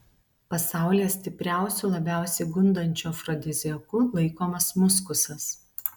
pasaulyje stipriausiu labiausiai gundančiu afrodiziaku laikomas muskusas